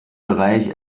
bereich